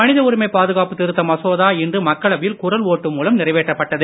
மனித உரிமை பாதுகாப்பு திருத்த மசோதா இன்று மக்களவையில் குரல் ஒட்டு மூலம் நிறைவேற்றப்பட்டது